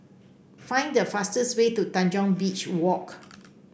find the fastest way to Tanjong Beach Walk